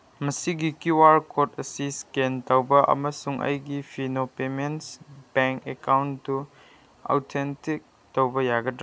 ꯃꯁꯤꯒꯤ Q R code ꯑꯁꯤ scan ꯇꯧꯕ ꯑꯃꯁꯨꯡ ꯑꯩꯒꯤ Fino payment bank account authentic ꯇꯧꯕ ꯌꯥꯒꯗ꯭ꯔꯥ